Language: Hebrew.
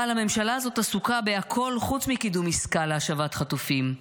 אבל הממשלה הזאת עסוקה בכול חוץ מקידום עסקה להשבת חטופים,